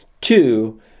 two